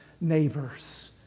neighbors